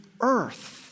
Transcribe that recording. earth